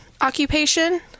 occupation